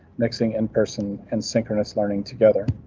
mixing in person and synchronous learning together.